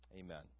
Amen